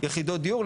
יחידות דיור.